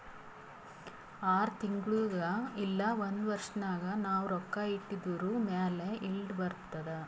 R ತಿಂಗುಳಿಗ್ ಇಲ್ಲ ಒಂದ್ ವರ್ಷ ನಾಗ್ ನಾವ್ ರೊಕ್ಕಾ ಇಟ್ಟಿದುರ್ ಮ್ಯಾಲ ಈಲ್ಡ್ ಬರ್ತುದ್